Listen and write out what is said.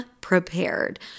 prepared